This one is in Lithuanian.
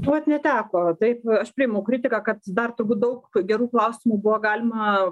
vat neteko taip aš priimu kritiką kad dar turbūt daug gerų klausimų buvo galima